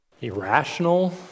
irrational